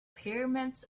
pyramids